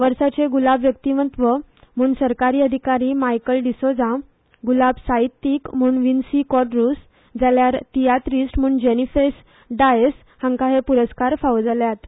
वर्साचे गुलाब व्यक्तीमत्व म्हूण सरकारी अधिकारी मायकल डिसोझा गुलाब साहित्यीक म्हणून विन्सी क्वाद्रस जाल्यार तियात्रीस्ट म्हणून जोसेफीन डायस हांकां हे पुरस्कार फावो जाल्यात